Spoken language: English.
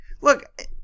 Look